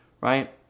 right